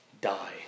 die